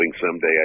someday